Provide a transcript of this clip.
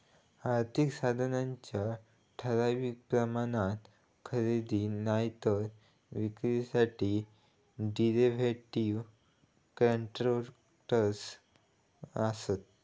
आर्थिक साधनांच्या ठराविक प्रमाणात खरेदी नायतर विक्रीसाठी डेरीव्हेटिव कॉन्ट्रॅक्टस् आसत